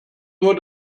nur